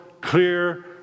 clear